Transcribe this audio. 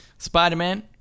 Spider-Man